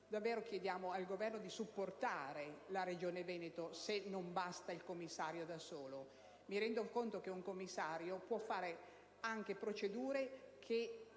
davvero chiediamo al Governo di supportare la Regione Veneto, se non basta il commissario da solo. Mi rendo conto che un commissario può adottare procedure che